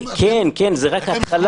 כן, כן, זאת רק התחלה.